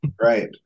Right